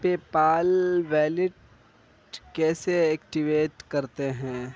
پے پال wallet activate ایکٹیویٹ کرتے ہیں